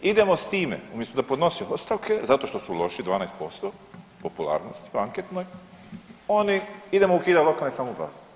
Idemo s time, umjesto da podnose ostavke, zato što su loši, 12% popularnosti anketnoj, oni, idemo ukidati lokalne samouprave.